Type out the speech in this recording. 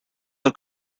are